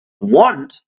want